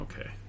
okay